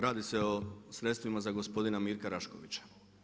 Radi se o sredstvima za gospodina Mirka Raškovića.